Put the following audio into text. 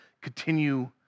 continue